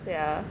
ya